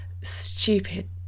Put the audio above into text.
stupid